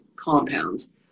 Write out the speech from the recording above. compounds